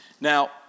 Now